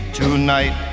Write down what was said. tonight